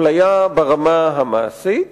זו אפליה ברמה המעשית,